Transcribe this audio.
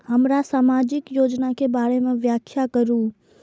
हमरा सामाजिक योजना के बारे में व्याख्या करु?